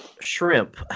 Shrimp